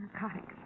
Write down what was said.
narcotics